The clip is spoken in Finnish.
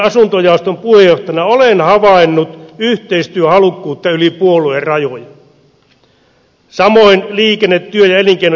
toimiessani valtiovarainvaliokunnan asuntojaoston puheenjohtajana olen havainnut yhteistyöhalukkuutta yli puoluerajojen samoin liikenne työ ja elinkeinojaostoissa